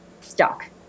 stuck